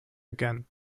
again